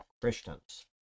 Christians